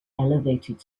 elevated